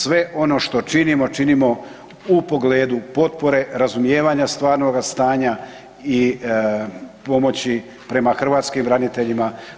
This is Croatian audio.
Sve ono što činimo u pogledu potpore, razumijevanja stvarnoga stanja i pomoći prema hrvatskim braniteljima.